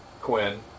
Quinn